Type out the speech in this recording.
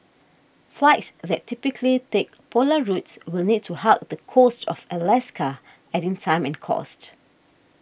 flights that typically take polar routes will need to hug the coast of Alaska adding time and cost